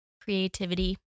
creativity